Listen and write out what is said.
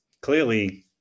clearly